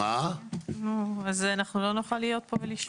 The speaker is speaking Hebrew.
לא נוכל להיות פה ולשמוע.